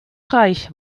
reich